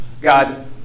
God